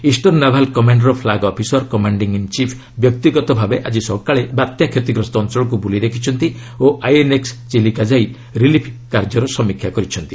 eastern naval command ର flag officer commanding in chief ବ୍ୟକ୍ତିଗତ ଭାବେ ଆଜି ସକାଳେ ବାତ୍ୟା କ୍ଷତିଗ୍ରସ୍ତ ଅଞ୍ଚଳକୁ ବୁଲି ଦେଖିଛନ୍ତି ଓ ଆଇଏନ୍ଏକ୍ଟ ଚିଲିକା ଯାଇ ରିଲିଫ୍ କାର୍ଯ୍ୟର ସମୀକ୍ଷା କରିଛନ୍ତି